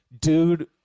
dude